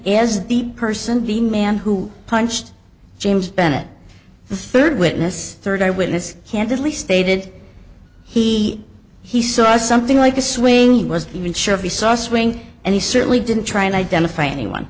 as the person the man who punched james bennett the third witness third eye witness candidly stated he he saw something like a swinging was even sure if he saw swing and he certainly didn't try and identify anyone